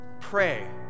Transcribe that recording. pray